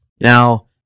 now